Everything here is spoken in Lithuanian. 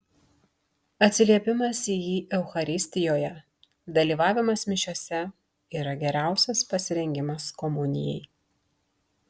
atsiliepimas į jį eucharistijoje dalyvavimas mišiose yra geriausias pasirengimas komunijai